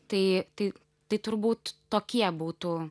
tai tai tai turbūt tokie būtų